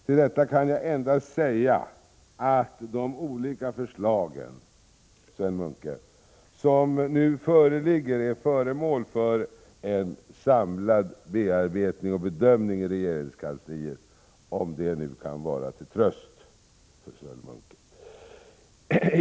Till detta kan endast sägas att de olika förslag som nu föreligger är föremål för samlad bearbetning och bedömning i regeringskansliet, om nu det kan vara till tröst för Sven Munke.